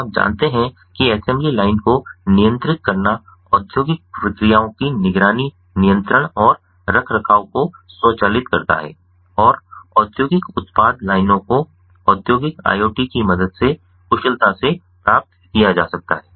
तो आप जानते हैं कि असेंबली लाइन को नियंत्रित करना औद्योगिक प्रक्रियाओं की निगरानी नियंत्रण और रखरखाव को स्वचालित करता है और औद्योगिक उत्पाद लाइनों को औद्योगिक IoT की मदद से कुशलता से प्राप्त किया जा सकता है